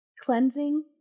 cleansing